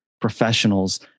professionals